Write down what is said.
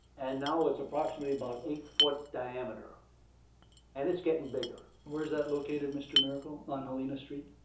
and now it's approximately about eight foot diameter and it's getting bigger. where's that located mr. miracle? on helena street?